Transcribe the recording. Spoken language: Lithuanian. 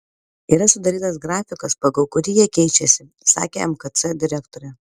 yra sudarytas grafikas pagal kurį jie keičiasi sakė mkc direktorė